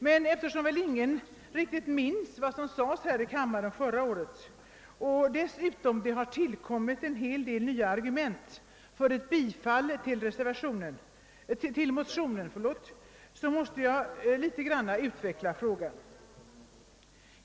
Men eftersom väl ingen riktigt minns vad som sades i kammaren förra året och det dessutom har tillkommit nya argument för ett bifall till motionerna måste jag något utveckla frågan.